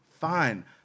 fine